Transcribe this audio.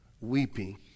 weeping